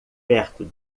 perto